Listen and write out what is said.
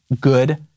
good